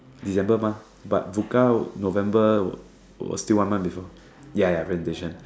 December mah but Bukka November was was still one month before ya ya presentation